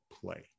play